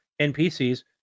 NPCs